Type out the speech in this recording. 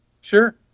Sure